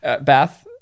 bath